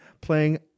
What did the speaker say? playing